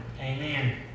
Amen